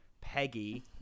peggy